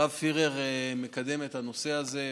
הרב פירר מקדם את הנושא הזה,